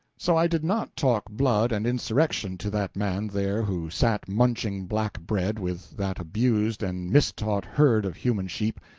so i did not talk blood and insurrection to that man there who sat munching black bread with that abused and mistaught herd of human sheep,